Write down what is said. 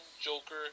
Joker